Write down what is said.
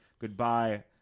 Goodbye